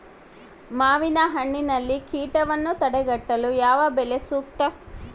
ಮಾವಿನಹಣ್ಣಿನಲ್ಲಿ ಕೇಟವನ್ನು ತಡೆಗಟ್ಟಲು ಯಾವ ಬಲೆ ಸೂಕ್ತ?